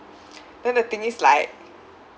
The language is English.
then the thing is like